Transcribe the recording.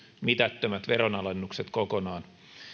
mitättömät veronalennukset kokonaan